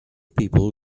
people